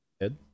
head